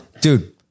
dude